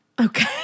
Okay